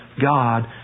God